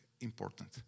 Important